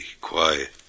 quiet